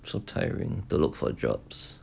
so tiring to look for jobs